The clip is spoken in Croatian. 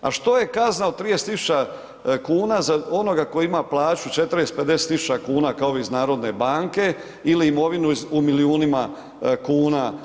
A što je kazna od 30 tisuća kuna za onoga tko ima plaću 40, 50 tisuća kuna kao ovi iz narodne banke ili imovinu u milijunima kuna.